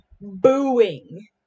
booing